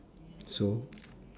so